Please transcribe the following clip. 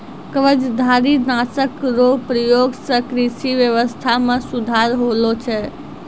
कवचधारी नाशक रो प्रयोग से कृषि व्यबस्था मे सुधार होलो छै